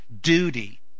duty